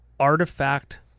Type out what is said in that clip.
artifact